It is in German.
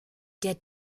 der